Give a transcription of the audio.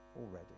already